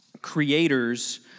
creators